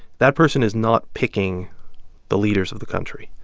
that person is not picking the leaders of the country.